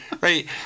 right